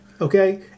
Okay